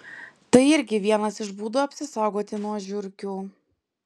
tai irgi vienas iš būdų apsisaugoti nuo žiurkių